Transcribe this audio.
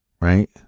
right